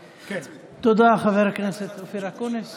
תודה, חבר הכנסת אופיר אקוניס.